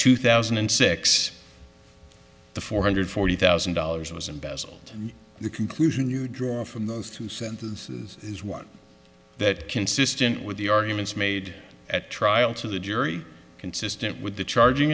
two thousand and six the four hundred forty thousand dollars was embezzled the conclusion you draw from those two sentences is one that consistent with the arguments made at trial to the jury consistent with the charging